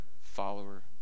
follower